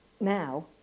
Now